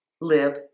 live